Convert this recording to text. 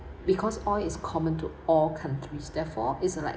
because oil is common to all countries therefore is like